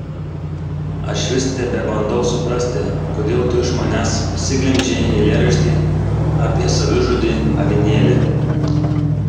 aš vis tebebandau suprasti kodėl tu iš manęs pasiglemžei eilėraštį apie savižudį avinėlį